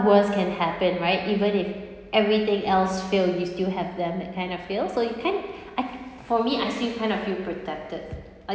worst can happen right even if everything else failed you still have them that kind of feel so you can I for me I still kind of feel protected